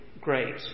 great